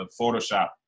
photoshop